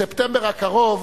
ספטמבר הקרוב